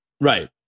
Right